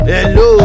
Hello